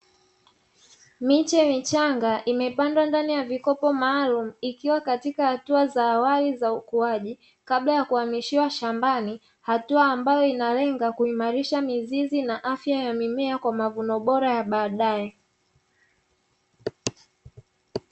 Miche michanga imepandwa ndani ya vikopo maalumu ikiwa katika hatua za awali za ukuaji kabla ya kuhamishiwa shambani, hatua ambayo inalenga kuimarisha mizizi na afya ya mimea kwa mavuno bora ya baadae.